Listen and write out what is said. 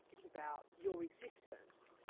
it's about your existence.